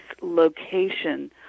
location